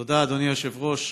תודה, אדוני היושב-ראש.